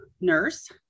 nurse